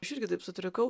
aš irgi taip sutrikau